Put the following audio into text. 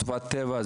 זו תופעת טבע,